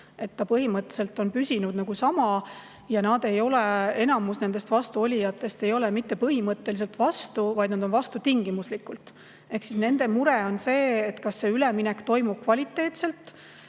See põhimõtteliselt on püsinud nagu sama ja enamus nendest vastuolijatest ei ole mitte põhimõtteliselt vastu, vaid nad on vastu tingimuslikult. Nende mure on, kas see üleminek toimub kvaliteetselt.